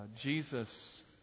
Jesus